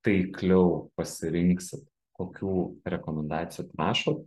taikliau pasirinksi kokių rekomendacijų prašot